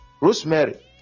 Rosemary